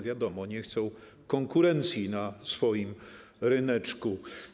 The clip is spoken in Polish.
Wiadomo, nie chcą konkurencji na swoim ryneczku.